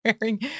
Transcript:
wearing